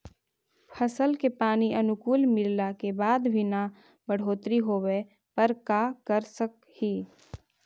फसल के पानी अनुकुल मिलला के बाद भी न बढ़ोतरी होवे पर का कर सक हिय?